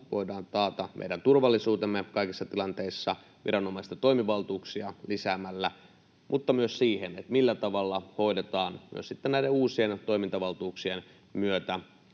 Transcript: voidaan taata meidän turvallisuutemme kaikissa tilanteissa viranomaisten toimivaltuuksia lisäämällä, mutta myös siihen, millä tavalla hoidetaan myös näiden uusien toimintavaltuuksien myötä